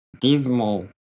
dismal